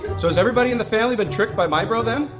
so has everybody in the family been tricked by mibro then?